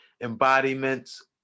embodiments